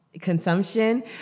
consumption